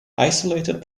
isolated